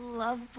love